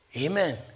Amen